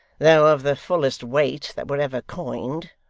though of the fullest weight that were ever coined,